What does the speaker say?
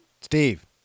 Steve